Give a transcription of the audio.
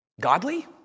godly